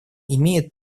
имеет